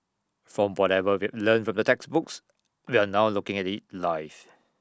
from whatever we've learnt from the textbooks we're now looking at IT live